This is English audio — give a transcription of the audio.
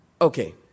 Okay